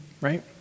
right